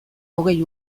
hogei